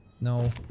No